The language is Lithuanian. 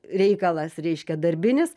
reikalas reiškia darbinis